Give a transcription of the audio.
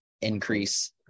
increase